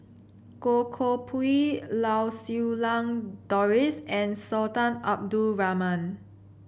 Goh Koh Pui Lau Siew Lang Doris and Sultan Abdul Rahman